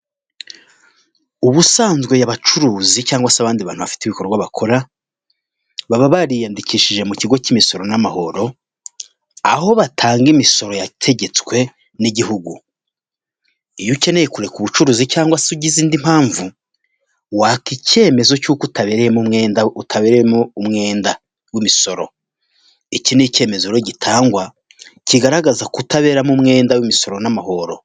Ubusanzwe abacuruzi cyangwa se abandi bantu bafite ibikorwa bakora, baba bariyandikishije mu kigo cy'imisoro n'amahoro, aho batanga imisoro yategetswe n'igihugu, iyo ukeneye kureka ubucuruzi cyangwa se ugize indi mpamvu, waka icyemezo cy'uko utabereyemo umwenda, utabereyemo umwenda w'imisoro, iki ni icyemezo rero gitangwa kigaragaza kutaberamo umwenda w'imisoro n'amahoro.